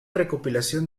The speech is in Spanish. recopilación